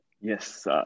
Yes